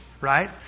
right